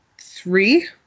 three